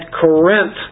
Corinth